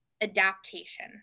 adaptation